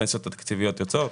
הפנסיות התקציביות יוצאות